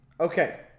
Okay